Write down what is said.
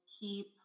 keep